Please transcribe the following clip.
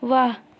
वाह